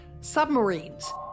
submarines